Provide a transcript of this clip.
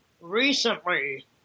recently